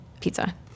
Pizza